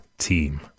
team